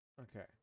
Okay